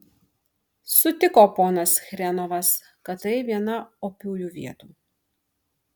sutiko ponas chrenovas kad tai viena opiųjų vietų